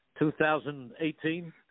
2018